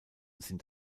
sind